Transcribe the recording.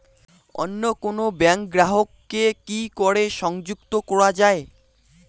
অন্য কোনো ব্যাংক গ্রাহক কে কি করে সংযুক্ত করা য়ায়?